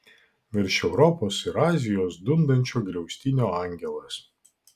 virš europos ir azijos dundančio griaustinio angelas